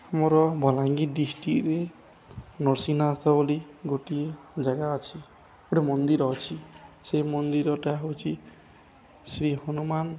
ଆମର ବଲାଙ୍ଗୀର ଡିଷ୍ଟ୍ରିକ୍ରେ ନରସିଂହନାଥ ବୋଲି ଗୋଟିଏ ଜାଗା ଅଛି ଗୋଟେ ମନ୍ଦିର ଅଛି ସେ ମନ୍ଦିରଟା ହେଉଛି ଶ୍ରୀ ହନୁମାନ